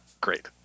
Great